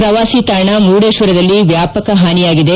ಪ್ರವಾಸಿತಾಣ ಮುರುಡೇಶ್ವರದಲ್ಲಿ ವ್ಯಾಪಕ ಹಾನಿಯಾಗಿದೆ